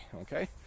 okay